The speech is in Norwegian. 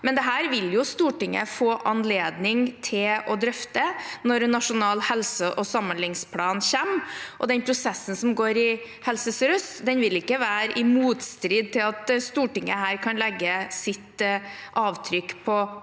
men dette vil jo Stortinget få anledning til å drøfte når Nasjonal helse- og samhandlingsplan kommer, og den prosessen som går i Helse sør-øst, vil ikke være i motstrid til at Stortinget her kan legge sitt avtrykk på